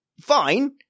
fine